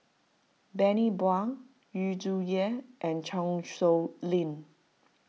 Bani Buang Yu Zhuye and Chan Sow Lin